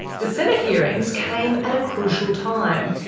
the senate hearings came at a crucial time,